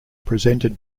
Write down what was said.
presented